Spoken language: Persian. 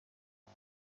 است